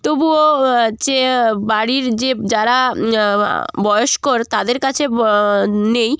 তবুও যে বাড়ির যে যারা বয়স্কর তাদের কাছে নেই